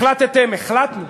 החלטתם, החלטנו,